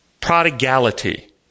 prodigality